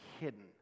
hidden